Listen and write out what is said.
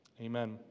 Amen